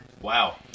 wow